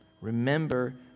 remember